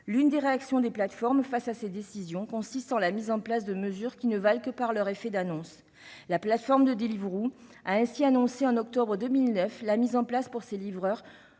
L'une des réactions des plateformes à ces décisions consiste en la mise en place de mesures qui ne valent que par leur effet d'annonce. Deliveroo a ainsi annoncé, en octobre 2019, la mise en place, pour ses livreurs,